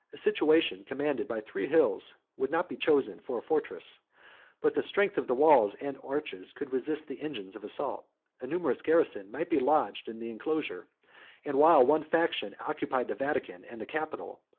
a situation commanded by three hills would not be chosen for a fortress but the strength of the walls and arches could resist the engines of assault a numerous garrison might be lodged in the enclosure and while one faction occupied the vatican and the capitol,